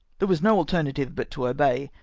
there was no alternative but to obey.